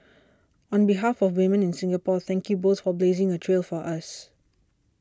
on behalf of women in Singapore thank you both for blazing a trail for us